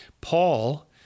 Paul